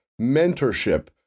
mentorship